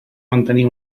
mantenir